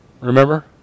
Remember